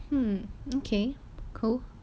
um okay cool